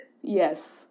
Yes